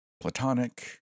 Platonic